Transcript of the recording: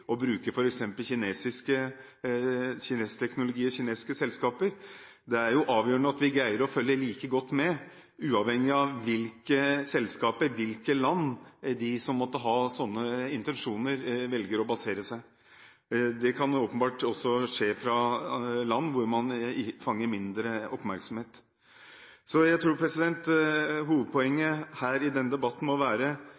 er avgjørende at vi greier å følge like godt med uavhengig av hvilke selskaper og hvilke land de som måtte ha slike intensjoner, velger å basere seg på. Det kan åpenbart også skje fra land hvor man vekker mindre oppmerksomhet. Jeg tror